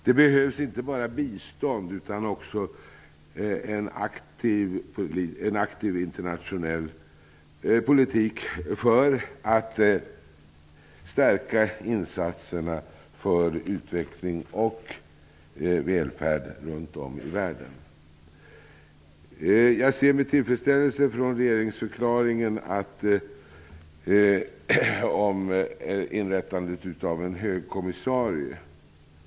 Det behövs inte bara bistånd utan också en aktiv internationell politik för att stärka insatserna för utveckling och välfärd runt om i världen. Jag läser med tillfredsställelse i regeringsförklaringen om inrättandet av en högkommissarie.